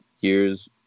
years